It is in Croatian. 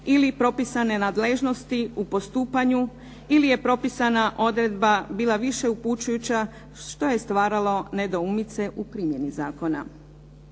ili propisane nadležnosti u postupanju ili je propisana odredba bila više upućujuća, što je stvaralo nedoumice u primjeni zakona.